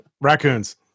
Raccoons